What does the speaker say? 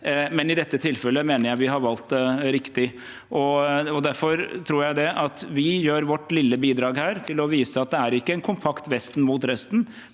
mere. I dette tilfellet mener jeg vi har valgt riktig. Derfor tror jeg at vi her gir vårt lille bidrag til å vise at det ikke er et kompakt Vesten mot resten,